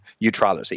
neutrality